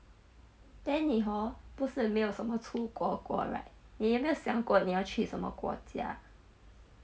then 你 hor 不是没有什么出国过 right 你有没有想过你要去什么国家